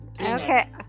okay